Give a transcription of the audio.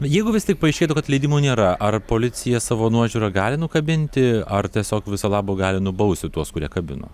jeigu vis tik paaiškėtų kad leidimų nėra ar policija savo nuožiūra gali nukabinti ar tiesiog viso labo gali nubausti tuos kurie kabino